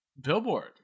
Billboard